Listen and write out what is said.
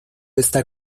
está